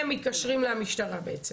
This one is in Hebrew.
הם מתקשרים למשטרה בעצם?